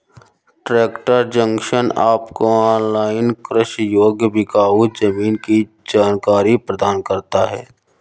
tractor Junction आपको online कृषि योग्य बिकाऊ जमीन की जानकारी प्रदान करता है